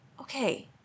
okay